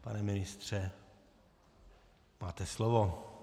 Pane ministře, máte slovo.